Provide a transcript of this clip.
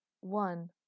one